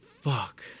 fuck